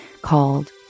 called